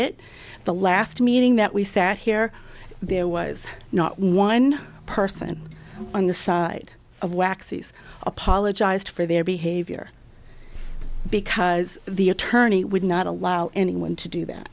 it the last meeting that we sat here there was not one person on the side of wax he's apologized for their behavior because the attorney would not allow anyone to do that